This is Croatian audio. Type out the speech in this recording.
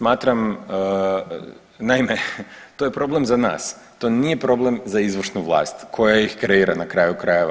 Naime, to je problem za nas, to nije problem za izvršnu vlast koja ih kreira na kraju krajeva.